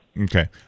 Okay